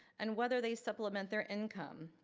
and whether they supplement their income.